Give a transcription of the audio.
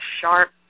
sharp